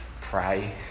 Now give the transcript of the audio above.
pray